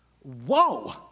whoa